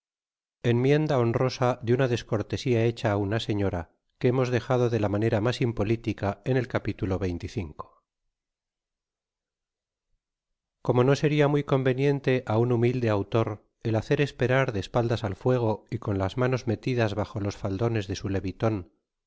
enmienda honrosa de una descortesia hecha á una stñora que hemos di jado de la manera mas impolitica en el capitulo xxv omo no seria muy conveniente á un humilde autor el hacer esperar de espaldas al fuego y con las manos metidas bajo los faldones de su leviton